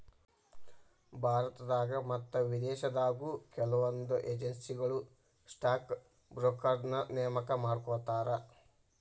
ಭಾರತದಾಗ ಮತ್ತ ವಿದೇಶದಾಗು ಕೆಲವೊಂದ್ ಏಜೆನ್ಸಿಗಳು ಸ್ಟಾಕ್ ಬ್ರೋಕರ್ನ ನೇಮಕಾ ಮಾಡ್ಕೋತಾರ